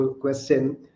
question